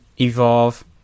evolve